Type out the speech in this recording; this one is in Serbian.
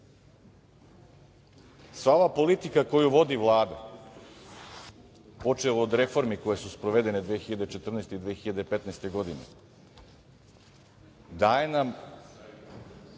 ova politika koju vodi Vlada, počev od reformi koje su sprovedene 2014. i 2015. godine, daje nam